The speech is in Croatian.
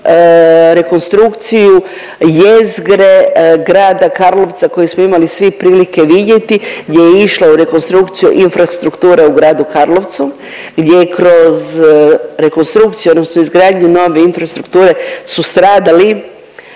rekonstrukciju jezgre grada Karlovca koju smo imali svi prilike vidjeti gdje je išla u rekonstrukciju infrastruktura u gradu Karlovcu, gdje je kroz rekonstrukciju odnosno izgradnju nove infrastrukture su stradali,